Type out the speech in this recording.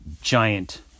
giant